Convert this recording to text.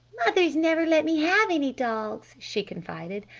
mother's never let me have any dogs, she confided.